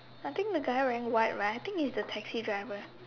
I think the guy wearing white right I think he's the taxi driver